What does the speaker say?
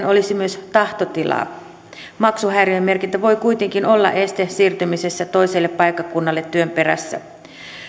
olisi myös tahtotilaa maksuhäiriömerkintä voi kuitenkin olla este siirtymiselle toiselle paikkakunnalle työn perässä